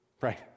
right